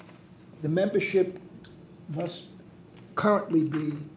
the membership must currently be